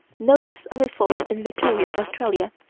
notice of a fall, in victoria, australia,